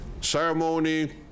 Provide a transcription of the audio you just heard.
Ceremony